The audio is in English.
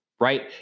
right